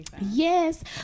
yes